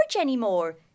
anymore